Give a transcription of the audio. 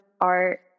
art